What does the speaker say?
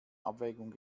abwägung